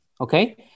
Okay